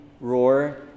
roar